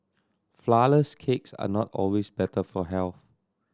flourless cakes are not always better for health